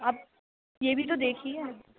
آپ یہ بھی تو دیکھیے